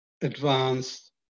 advanced